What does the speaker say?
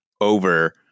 over